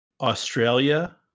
Australia